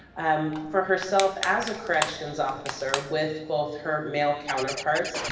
um, for herself as a corrections officer, with both her male counterparts,